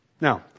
Now